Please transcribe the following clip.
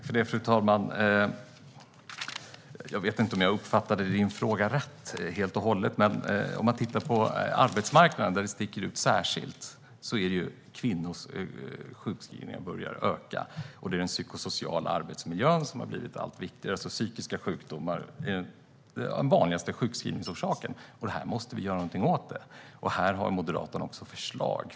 Fru talman! Jag vet inte om jag uppfattade din fråga helt och hållet, Ali Esbati, men om man ser till vad som sticker ut på arbetsmarknaden kan man konstatera att kvinnors sjukskrivningar börjar öka, och det är den psykosociala arbetsmiljön som har blivit allt viktigare. Psykiska sjukdomar är den vanligaste sjukskrivningsorsaken. Detta måste vi göra något åt. Här har Moderaterna också förslag.